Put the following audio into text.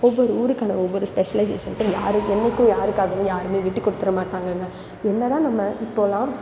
ஒவ்வொரு ஊருக்கான ஒவ்வொரு ஸ்பெஷலைசேஷன் என்னைக்கும் யாருக்காகவும் யாருமே விட்டுக் கொடுத்தற மாட்டாங்கங்க என்ன தான் நம்ம இப்போல்லாம்